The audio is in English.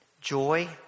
joy